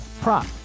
prop